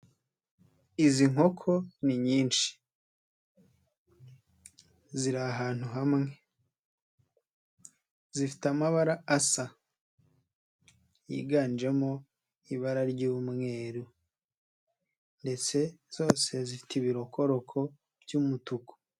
Izi nkoko ni nyinshi, ziri ahantu hamwe, zifite amabara asa, yiganjemo ibara ry'umweru ndetse zose zifite ibirokoroko by'umutuku.